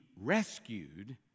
rescued